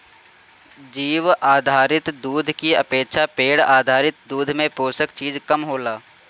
जीउ आधारित दूध की अपेक्षा पेड़ आधारित दूध में पोषक चीज कम होला